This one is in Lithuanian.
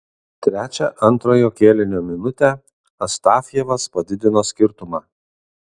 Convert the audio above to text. trečią antrojo kėlinio minutę astafjevas padidino skirtumą